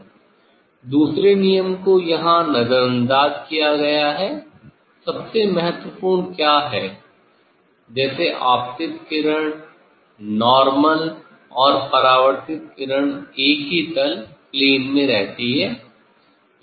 दूसरे नियम को यहाँ नज़रअंदाज़ किया गया है सबसे महत्वपूर्ण क्या है जैसे आपतित किरण नार्मल और परावर्तित किरण एक ही तल में रहती है